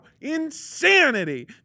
Insanity